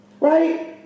right